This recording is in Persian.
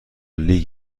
لیگ